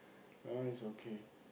that one is okay